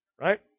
right